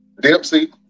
Dempsey